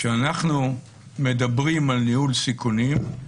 כשאנחנו מדברים על ניהול סיכונים,